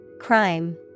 Crime